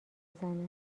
بزنه